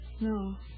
No